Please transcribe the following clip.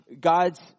God's